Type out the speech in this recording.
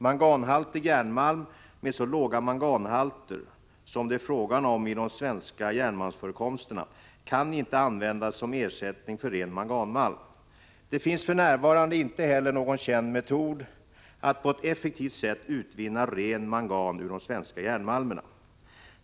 Manganhaltig järnmalm med så låga manganhalter som det är fråga om i de svenska järnmalmsförekomsterna kan inte användas som ersättning för ren manganmalm. Det finns för närvarande inte heller någon känd metod att på ett effektivt sätt utvinna ren mangan ur de svenska järnmalmerna.